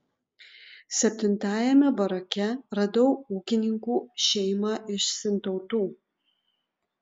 septintajame barake radau ūkininkų šeimą iš sintautų